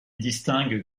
distingue